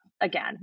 again